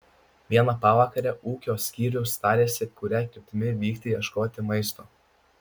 vieną pavakarę ūkio skyrius tarėsi kuria kryptimi vykti ieškoti maisto